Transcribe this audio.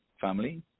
family